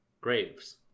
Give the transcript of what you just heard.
graves